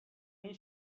این